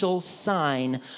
Sign